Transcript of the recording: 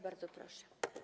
Bardzo proszę.